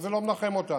אבל זה לא מנחם אותנו.